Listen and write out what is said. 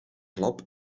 klap